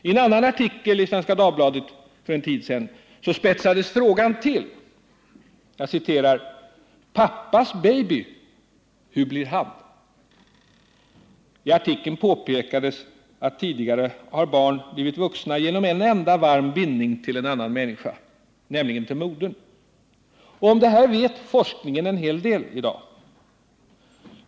I en annan artikel i Svenska Dagbladet spetsades frågan till: ”Pappas baby — hurblir han?” I artikeln påpekades att tidigare har barn blivit vuxna genom en enda varm bindning till en annan människa, nämligen till modern. Om det vet forskningen en hel del i dag.